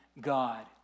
god